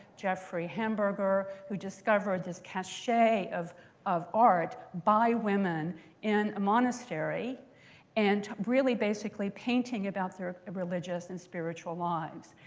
jeffrey hamburger, who discovered this cache of of art by women in a monastery and really basically painting about their religious and spiritual lives.